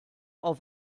auf